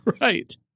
Right